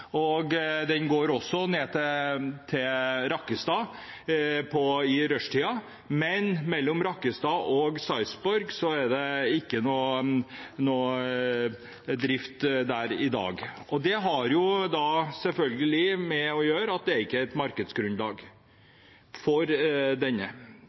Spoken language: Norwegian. og den går også ned til Rakkestad i rushtiden, men mellom Rakkestad og Sarpsborg er det ikke noe drift i dag. Det har selvfølgelig å gjøre med at det ikke er et markedsgrunnlag